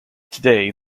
today